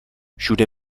všude